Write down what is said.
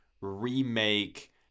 remake